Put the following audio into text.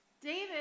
David